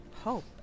Hope